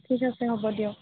ঠিক আছে হ'ব দিয়ক